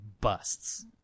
busts